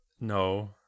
No